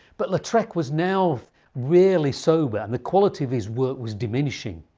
but lautrec was now rarely sober, and the quality of his work was diminishing.